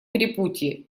перепутье